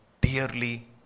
dearly